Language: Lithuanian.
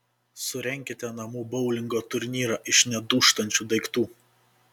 surenkite namų boulingo turnyrą iš nedūžtančių daiktų